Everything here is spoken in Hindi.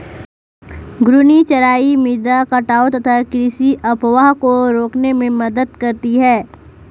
घूर्णी चराई मृदा कटाव तथा कृषि अपवाह को रोकने में मदद करती है